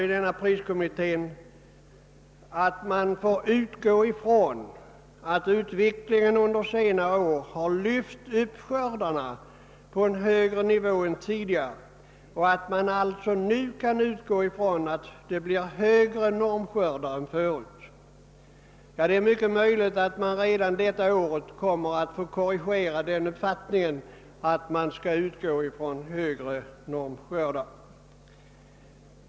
Vidare säger priskommittén att man får utgå från att utvecklingen under senare år har lyft upp skördarna på en högre nivå än tidigare och att man alltså nu kan utgå från att det blir högre normskördar än förut. Det är emellertid möjligt att man redan detta år kommer att få korrigera uppfattningen att man kan utgå från högre normskördar.